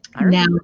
now